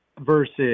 versus